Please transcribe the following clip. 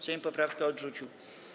Sejm poprawkę odrzucił.